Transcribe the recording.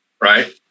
right